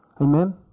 Amen